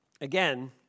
Again